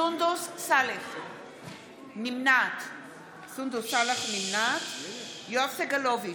נמנעת יואב סגלוביץ'